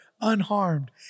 unharmed